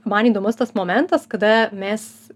man įdomus tas momentas kada mes